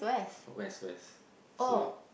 west west so